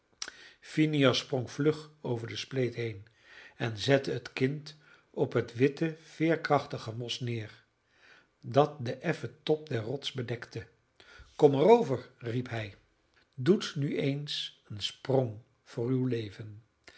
phineas sprong vlug over de spleet heen en zette het kind op het witte veerkrachtige mos neer dat den effen top der rots bedekte komt er over riep hij doet nu eens een sprong voor uw leven